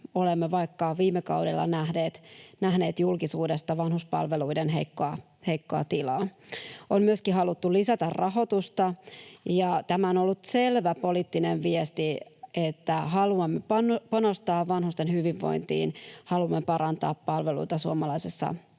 olemme vaikka viime kaudella nähneet julkisuudesta — vanhuspalveluiden heikkoa tilaa. On myöskin haluttu lisätä rahoitusta, ja tämä on ollut selvä poliittinen viesti, että haluamme panostaa vanhusten hyvinvointiin, haluamme parantaa palveluita suomalaisessa vanhustenhuollossa.